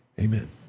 Amen